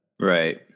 Right